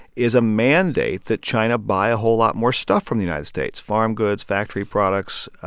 is a mandate that china buy a whole lot more stuff from the united states farm goods, factory products,